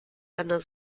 einer